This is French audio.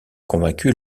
convaincu